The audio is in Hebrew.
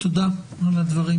תודה על הדברים.